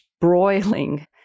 broiling